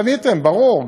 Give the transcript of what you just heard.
פניתם, פניתם, ברור.